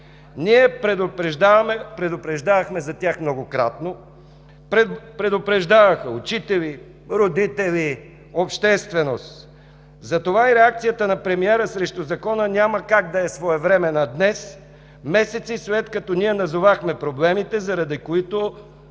Ние предупреждавахме за тях многократно. (Реплики от ГЕРБ.) Предупреждаваха учители, родители, общественост. Затова и реакцията на премиера срещу Закона няма как да е своевременна днес, месеци след като ние назовахме проблемите, заради които